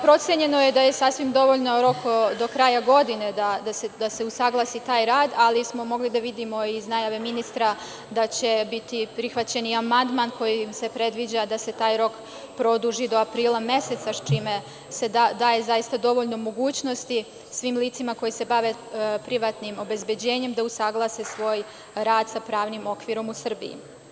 Procenjeno je da je sasvim dovoljan rok do kraja godine da se usaglasi taj rad, ali smo mogli da vidimo iz najave ministra da će biti prihvaćen amandman kojim se predviđa da se taj rok produži do aprila meseca, čime se daje dovoljno mogućnosti svim licima koja se bave privatnim obezbeđenjem da usaglase svoj rad sa pravnim okvirom u Srbiji.